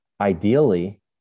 ideally